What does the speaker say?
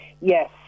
yes